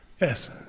Yes